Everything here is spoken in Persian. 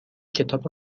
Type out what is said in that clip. کتاب